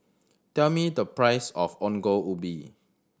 tell me the price of Ongol Ubi